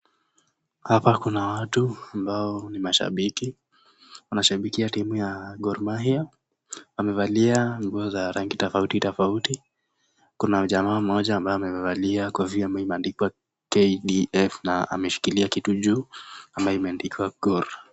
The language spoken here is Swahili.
Hapa kuna watu ambao ni mashabiki. Wanashabikia timu ya Gor Mahia, wamevalia nguo za rangi tofauti tofauti. Kuna jamaa moja ambaye amevalia kofia ambayo imeandikwa kdf na ameshikilia kitu juu ambayo imeandikwa Gor.